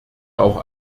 auch